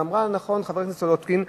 ואמרה נכון חברת הכנסת סולודקין,